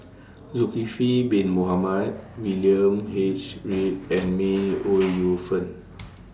Zulkifli Bin Mohamed William H Read and May Ooi Yu Fen